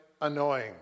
annoying